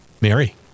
Mary